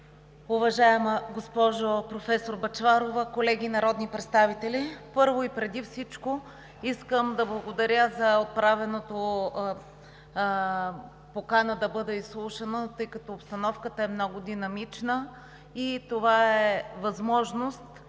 уважаема госпожо професор Бъчварова, колеги народни представители! Първо, и преди всичко, искам да благодаря за отправената покана да бъде изслушана, тъй като обстановката е много динамична и това е възможност